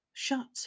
Shut